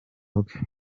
bwe